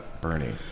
Bernie